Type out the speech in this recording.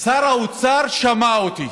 שר האוצר שמע אותי.